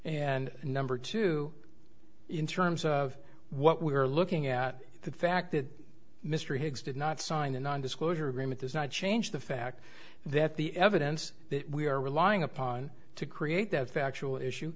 and number two in terms of what we're looking at the fact that mr higgs did not sign a non disclosure agreement does not change the fact that the evidence that we are relying upon to create that factual issue